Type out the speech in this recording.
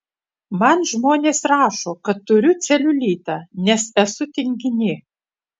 man žmonės rašo kad turiu celiulitą nes esu tinginė